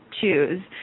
choose